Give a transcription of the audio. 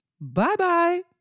Bye-bye